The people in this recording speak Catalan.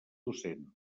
docent